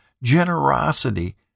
generosity